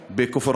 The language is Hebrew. הכבוד.